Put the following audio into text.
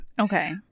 Okay